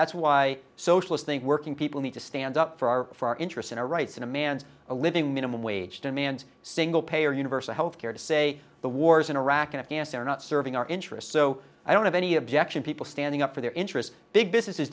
that's why socialist think working people need to stand up for our for our interest in our rights in a man's a living minimum wage demands single payer universal health care to say the wars in iraq and afghanistan are not serving our interests so i don't have any objection people standing up for their interests big business is